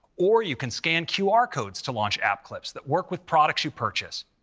or you can scan qr codes to launch app clips that work with products you purchase.